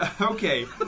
Okay